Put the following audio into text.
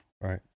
right